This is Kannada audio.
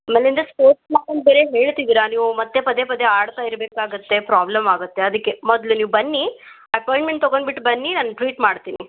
ಆಮೇಲಿಂದ ಸ್ಪೋರ್ಟ್ಸ್ಮ್ಯಾನ್ ಅಂತ ಬೇರೆ ಹೇಳ್ತಿದ್ದೀರಾ ನೀವು ಮತ್ತೆ ಪದೇ ಪದೇ ಆಡ್ತಾ ಇರ್ಬೇಕಾಗತ್ತೆ ಪ್ರಾಬ್ಲಮ್ ಆಗುತ್ತೆ ಅದಕ್ಕೆ ಮೊದಲು ನೀವು ಬನ್ನಿ ಅಪಾಯಿಂಟ್ಮೆಂಟ್ ತಗೊಂಡ್ಬಿಟ್ಟು ಬನ್ನಿ ನಾನು ಟ್ರೀಟ್ ಮಾಡ್ತೀನಿ